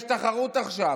יש תחרות עכשיו,